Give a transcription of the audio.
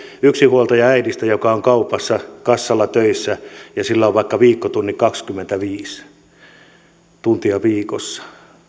yksinhuoltajaäidistä joka on kaupassa kassalla töissä ja jolla on vaikka viikkotunnit kaksikymmentäviisi tuntia viikossa